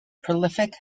prolific